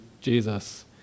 Jesus